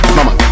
Mama